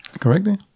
Correctly